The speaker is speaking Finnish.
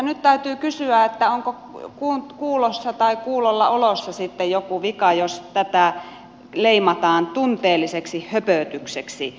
nyt täytyy kysyä onko kuulossa tai kuulolla olossa sitten joku vika jos näitä perusteluja leimataan tunteelliseksi höpötykseksi